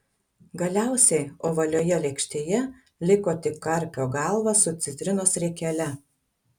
galiausiai ovalioje lėkštėje liko tik karpio galva su citrinos riekele